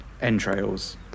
entrails